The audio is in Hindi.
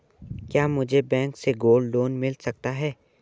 क्या मुझे बैंक से गोल्ड लोंन मिल सकता है?